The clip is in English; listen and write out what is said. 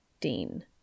Dean